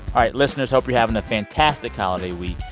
all right, listeners, hope you're having a fantastic holiday week.